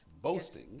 Boasting